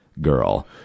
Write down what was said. girl